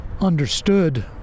understood